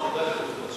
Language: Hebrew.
אבל הוא עבר את המסלול.